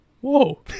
whoa